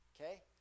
okay